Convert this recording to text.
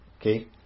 okay